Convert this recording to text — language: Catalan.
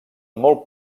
molt